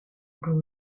grow